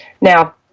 Now